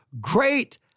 great